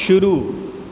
शुरू